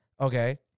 Okay